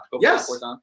Yes